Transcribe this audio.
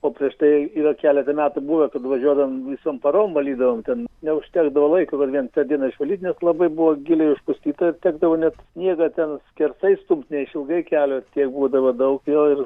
o prieš tai yra keletą metų buvę kad važiuodavom visom parom valydavom ten neužtekdavo laiko vien tą dieną išvalyt nes labai buvo giliai užpustyta ir tekdavo net sniegą ten skersai stumt ne išilgai kelio tiek būdavo daug jo ir